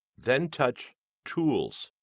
then touch tools.